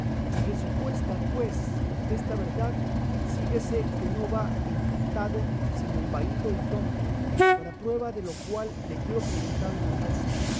presupuesta pues esta verdad síguese que no va encantado sino embaído y tonto para prueba de lo cual le quiero preguntar una cosa